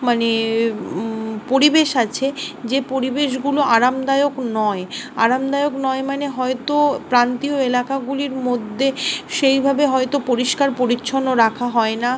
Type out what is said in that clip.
মানে পরিবেশ আছে যে পরিবেশগুলো আরামদায়ক নয় আরামদায়ক নয় মানে হয়তো প্রান্তীয় এলাকাগুলির মধ্যে সেইভাবে হয়তো পরিষ্কার পরিচ্ছন্ন রাখা হয় না